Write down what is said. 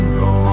go